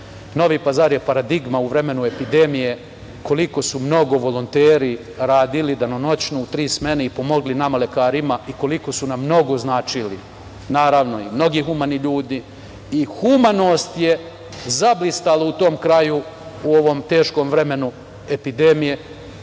Novi Pazar je paradigma u vremenu epidemije koliko su mnogo volonteri radili, danonoćno, u tri smene, i pomogli nama lekarima i koliko su nam mnogo značili, naravno i mnogi humani ljudi. Humanost je zablistala u tom kraju u ovom teškom vremenu epidemije.